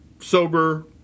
Sober